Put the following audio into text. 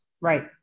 Right